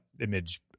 image